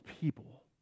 people